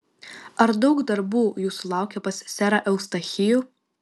ar daug darbų jūsų laukia pas serą eustachijų